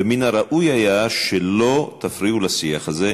ומן הראוי היה שלא תפריעו לשיח הזה,